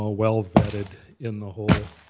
well well vetted in the whole